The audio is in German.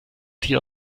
dir